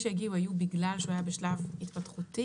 התקציבים שהגיעו היו בגלל שהוא היה בשלב התפתחותי.